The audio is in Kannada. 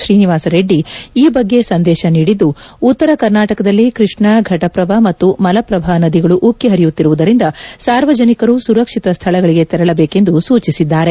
ಶ್ರೀನಿವಾಸ ರೆಡ್ಡಿ ಈ ಬಗ್ಗೆ ಸಂದೇಶ ನೀಡಿದ್ದು ಉತ್ತರ ಕರ್ನಾಟಕದಲ್ಲಿ ಕೃಷ್ಣಾ ಫಟಪ್ರಭಾ ಮತ್ತು ಮಲಪ್ರಭಾ ನದಿಗಳು ಉಕ್ಕಿ ಹರಿಯುತ್ತಿರುವುದರಿಂದ ಸಾರ್ವಜನಿಕರು ಸುರಕ್ಷಿತ ಸ್ವಳಗಳಿಗೆ ತೆರಳಬೇಕೆಂದು ಸೂಚಿಸಿದ್ದಾರೆ